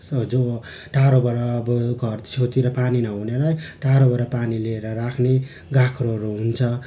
स जो टाढोबाट अब घर छेउतिर पानी नहुनेलाई टाढोबाट पानी ल्याएर राख्ने गाग्रोहरू हुन्छ